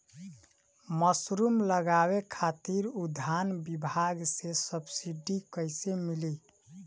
Mushroom लगावे खातिर उद्यान विभाग से सब्सिडी कैसे मिली?